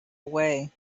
away